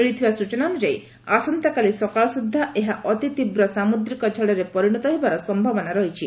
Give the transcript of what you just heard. ମିଳିଥିବା ସୂଚନା ଅନୁଯାୟୀ ଆସନ୍ତାକାଲି ସକାଳ ସୁଦ୍ଧା ଏହା ଅତିତୀବ୍ର ସାମୁଦ୍ଧିକ ଝଡ଼ରେ ପରିଶତ ହେବାର ସମ୍ଭାବନା ରହିଛି